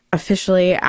officially